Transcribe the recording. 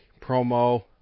promo